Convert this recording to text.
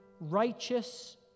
righteous